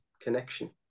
connection